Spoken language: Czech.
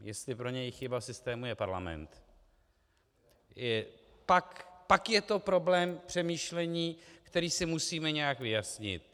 Jestli pro něj chyba systému je parlament, pak je to problém k přemýšlení, který si musíme nějak vyjasnit.